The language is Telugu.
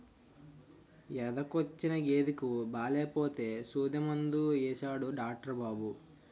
ఎదకొచ్చిన గేదెకి బాలేపోతే సూదిమందు యేసాడు డాట్రు బాబు